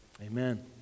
Amen